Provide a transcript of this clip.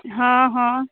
हँ हँ